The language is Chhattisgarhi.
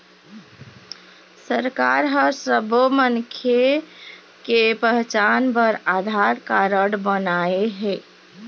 सरकार ह सब्बो मनखे के पहचान बर आधार कारड बनवाए हे